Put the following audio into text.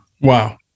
Wow